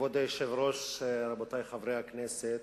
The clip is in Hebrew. כבוד היושב-ראש, רבותי חברי הכנסת,